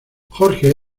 jorge